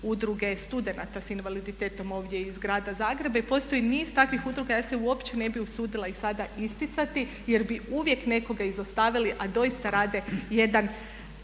Udruge studenata sa invaliditetom ovdje iz grada Zagreba i postoji niz takvih udruga. Ja se uopće ne bih usudila ih sada isticati jer bi uvijek nekoga izostavili, a doista rade jedan